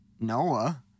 Noah